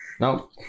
Now